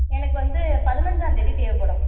எனக்கு வந்து பதினைஞ்சாம் தேதி தேவைப்படும்